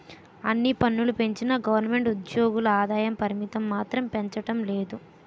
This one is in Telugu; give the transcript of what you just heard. అన్ని పన్నులూ పెంచిన గవరమెంటు ఉజ్జోగుల ఆదాయ పరిమితి మాత్రం పెంచడం లేదు